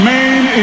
Main